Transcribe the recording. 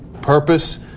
purpose